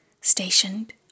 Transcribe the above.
stationed